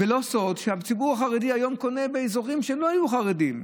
ולא סוד שהציבור החרדי קונה היום באזורים שלא היו חרדיים.